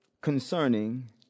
concerning